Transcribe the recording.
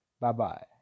Bye-bye